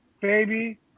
baby